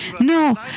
No